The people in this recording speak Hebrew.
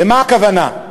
למה הכוונה?